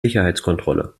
sicherheitskontrolle